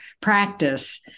practice